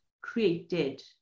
created